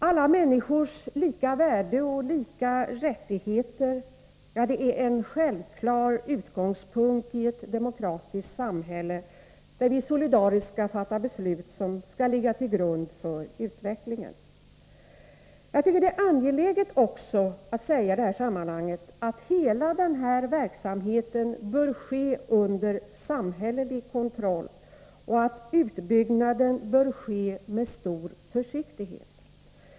Alla människors lika värde och lika rättigheter är en självklar utgångspunkt i ett demokratiskt samhälle, där vi solidariskt fattar beslut som skall ligga till grund för utvecklingen. Jag tycker att det är angeläget att i det här sammanhanget säga att hela den här verksamheten bör ske under samhällelig kontroll och att utbyggnaden bör ske med stor försiktighet.